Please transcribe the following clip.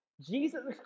Jesus